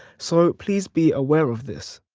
so please be aware of this.